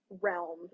realm